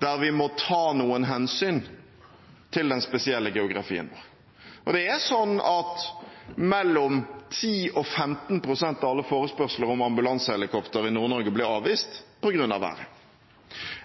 der vi må ta noen hensyn til den spesielle geografien vår. Det er sånn at 10–15 pst. av alle forespørsler om ambulansehelikopter i Nord-Norge blir avvist på grunn av været.